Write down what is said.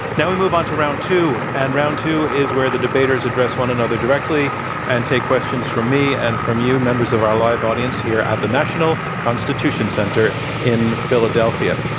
now we move on to round two, and round two is where the debaters address one another directly and take questions from me and from you, members of our large audience here at the national constitution center in philadelphia.